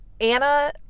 Anna